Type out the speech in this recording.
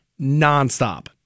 nonstop